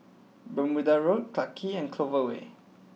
Bermuda Road Clarke Quay and Clover Way